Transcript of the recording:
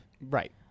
Right